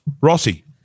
Rossi